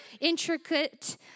intricate